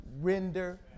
render